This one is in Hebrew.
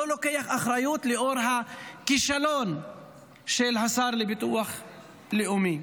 לא לוקח אחריות לאור הכישלון של השר לביטחון לאומי.